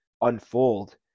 unfold